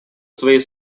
своей